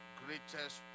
greatest